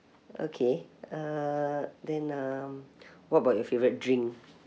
okay uh then um what about your favourite drink